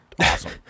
awesome